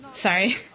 Sorry